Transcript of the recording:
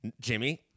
Jimmy